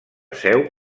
seu